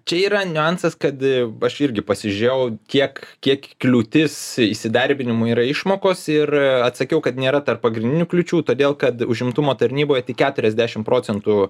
čia yra niuansas kad aš irgi pasižėjau kiek kiek kliūtis įsidarbinimui yra išmokos ir atsakiau kad nėra tarp pagrindinių kliūčių todėl kad užimtumo tarnyboje tik ketriasdešimt procentų